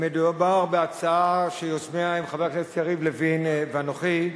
מדובר בהצעה שיוזמיה הם חבר הכנסת יריב לוין ואנוכי.